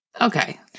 Okay